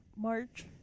March